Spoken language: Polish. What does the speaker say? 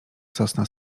sosna